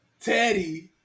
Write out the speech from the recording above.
Teddy